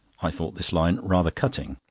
i thought this line rather cutting,